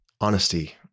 honesty